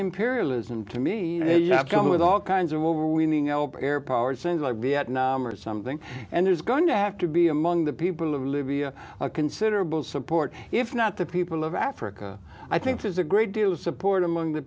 imperialism to me come with all kinds of overweening elp air power things like vietnam or something and there's going to have to be among the people of libya a considerable support if not the people of africa i think there's a great deal of support among the